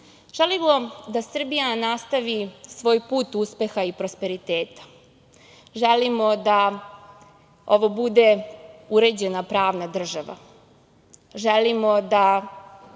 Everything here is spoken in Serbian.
da Srbija nastavi svoj put uspeha i prosperiteta. Želimo da ovo bude uređena pravna država. Želimo